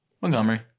Montgomery